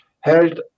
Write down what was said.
held